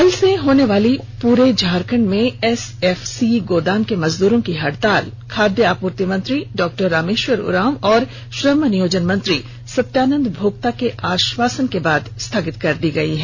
कल से होले वाली पूरे झारखंड में एसएफसी गोदाम के मजदूरों की हड़ताल को खाद्य आपूर्ति मंत्री डॉ रामेश्वर उराव और श्रम नियोजन मंत्री सत्यानंद भोक्ता के आश्वासन पर स्थगित कर दी गयी है